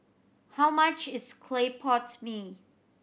how much is clay pot mee